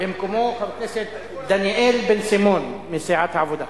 במקומו חבר הכנסת דניאל בן-סימון, מסיעת העבודה.